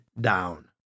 down